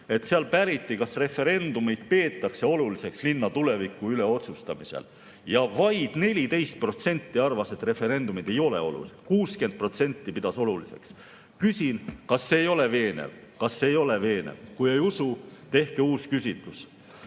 –, päriti, kas referendumit peetakse oluliseks linna tuleviku üle otsustamisel. Vaid 14% arvas, et referendumid ei ole olulised, aga 60% pidas neid oluliseks. Küsin, kas see ei ole veenev. Kas ei ole veenev? Kui ei usu, tehke uus küsitlus